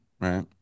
right